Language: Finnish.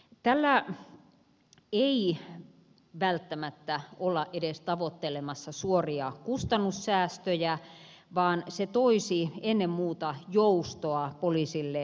tällä ei välttämättä olla edes tavoittelemassa suoria kustannussäästöjä vaan tämä toisi ennen muuta joustoa poliisille